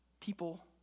people